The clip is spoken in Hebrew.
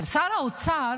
אבל שר האוצר